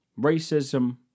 Racism